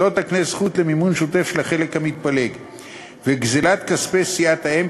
לא תקנה זכות למימון שוטף של החלק המתפלג ול"גזלת" כספי סיעת-האם.